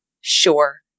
Sure